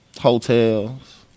hotels